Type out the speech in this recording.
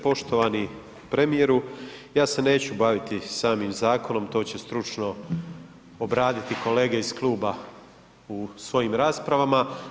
Poštovani premijeru, ja se neću baviti samim zakonom, to će stručno obraditi kolege iz kluba u svojim raspravama.